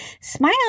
smile